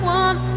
one